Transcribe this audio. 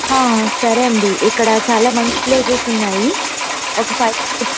సరే అండి ఇక్కడ చాలా మంచి ప్లేసెస్ ఉన్నాయి ఒకసారి